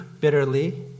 bitterly